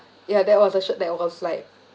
ya that was the shirt that was like